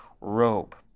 robe